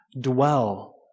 dwell